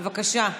בבקשה.